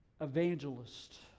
evangelist